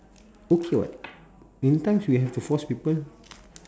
okay [what] many times we have to force people